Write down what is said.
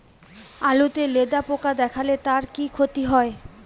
আলুতে লেদা পোকা দেখালে তার কি ক্ষতি হয়?